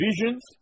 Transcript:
visions